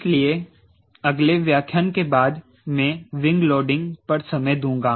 इसलिए अगले व्याख्यान के बाद मैं विंग लोडिंग पर समय दूंगा